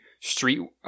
street